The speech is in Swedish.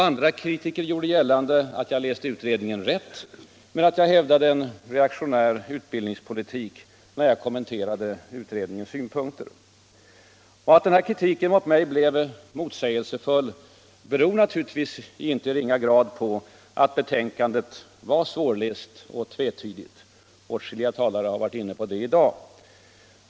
Andra kritiker gjorde gällande att jag läst utredningen rätt men att jag hävdade en reaktionär utbildningspolitik när jag kommenterade utredningens synpunkter. Att denna kritik mot mig blev motsägelsefull beror naturligtvis i icke ringa grad på att betänkandet var svårläst och tvetydigt. Åtskilliga talare har varit inne på det i dag.